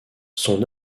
son